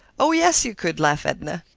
oh, yes you could! laughed edna.